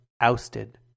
ousted